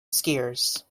skiers